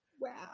Wow